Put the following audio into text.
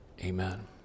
Amen